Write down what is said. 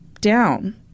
down